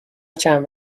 چند